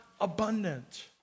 abundant